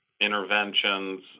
interventions